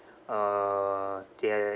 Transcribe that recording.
uh they're